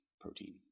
protein